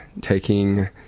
taking